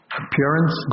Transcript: appearance